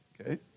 Okay